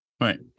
Right